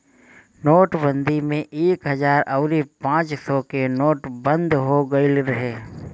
नोटबंदी में एक हजार अउरी पांच सौ के नोट बंद हो गईल रहे